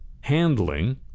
handling